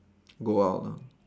go out lah